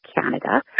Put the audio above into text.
Canada